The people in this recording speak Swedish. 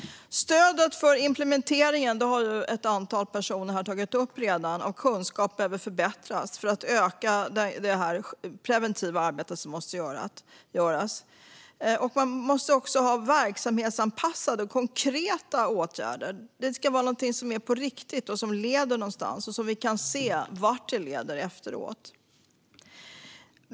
Stödet för implementeringen av kunskap behöver förbättras för att öka det preventiva arbete som måste ske. Man måste också ha verksamhetsanpassade och konkreta åtgärder. Det ska vara något som är på riktigt och som leder någonstans, och vi ska efteråt kunna se vart det har lett.